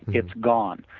it's gone.